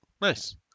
Nice